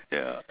ya